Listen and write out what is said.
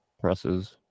presses